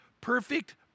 Perfect